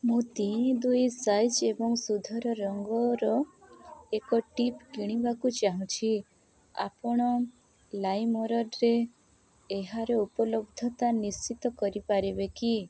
ମୁଁ ତିନି ଦୁଇ ସାଇଜ୍ ଏବଂ ସୂଧର ରଙ୍ଗର ଏକ ଟିପ୍ କିଣିବାକୁ ଚାହୁଁଛି ଆପଣ ଲାଇମ୍ରୋଡ଼୍ରେ ଏହାର ଉପଲବ୍ଧତା ନିଶ୍ଚିତ କରିପାରିବେ କି